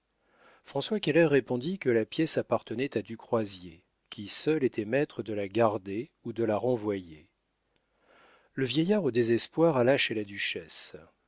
françois keller répondit que la pièce appartenait à du croisier qui seul était maître de la garder ou de la renvoyer le vieillard au désespoir alla chez la duchesse